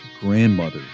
grandmother